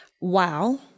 Wow